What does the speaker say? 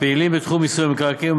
הפעילים בתחום מיסוי המקרקעין,